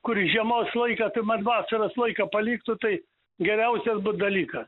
kur į žiemos laiką tai man vasaros laiką paliktų tai geriausias būt dalykas